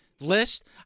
list